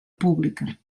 pública